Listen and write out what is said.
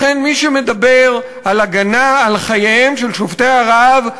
לכן מי שמדבר על הגנה על חייהם של שובתי הרעב,